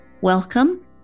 Welcome